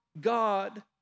God